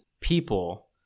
people